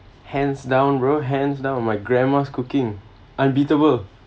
hands down bro hands down my grandma's cooking unbeatable